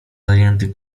zajęty